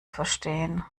verstehen